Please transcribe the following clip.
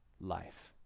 life